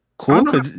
Cool